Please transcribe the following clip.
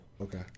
Okay